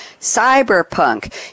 cyberpunk